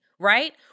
Right